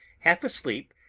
half asleep,